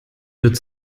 wird